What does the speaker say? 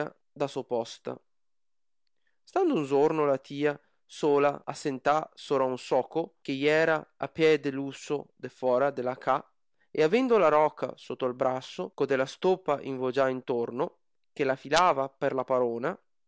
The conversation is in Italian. da so posta stando un zorno la tia sola asentà sora un zoco che iera a pè de l usso de fuora de la ca e avendo la roca soto al brazo co de la stopa invogià intorno che la filava per la parona